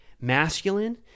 masculine